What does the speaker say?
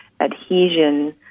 adhesion